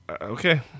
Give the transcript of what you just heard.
okay